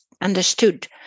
understood